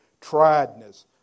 triedness